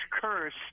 curse